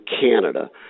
Canada